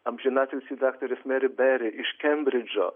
amžinatilsį daktarės meri beri iš kembridžo